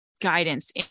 guidance